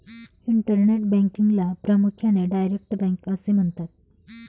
internet बँकिंगला प्रामुख्याने direct bank असे म्हणतात